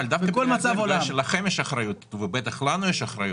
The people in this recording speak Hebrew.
אבל דווקא בגלל שלכם יש אחריות ובטח לנו יש אחריות,